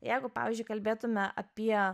jeigu pavyzdžiui kalbėtume apie